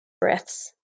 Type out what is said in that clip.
breaths